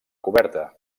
coberta